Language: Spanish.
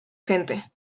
gente